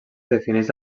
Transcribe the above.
defineix